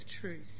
truth